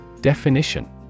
Definition